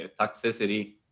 toxicity